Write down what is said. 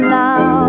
now